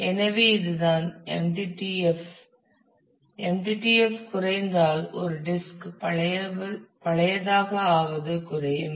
எனவே இது தான் எம்டிடிஎஃப் எம்டிடிஎஃப் குறைந்தால் ஒரு டிஸ்க் பழையதாக ஆவது குறையும்